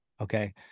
Okay